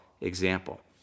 example